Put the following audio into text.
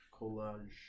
Collage